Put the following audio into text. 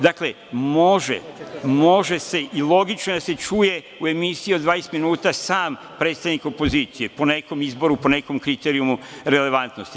Dakle, može se i logično je da se čuje u emisiji od 20 minuta sam predstavnik opozicije, po nekom izboru, po nekom kriterijumu relevantnosti.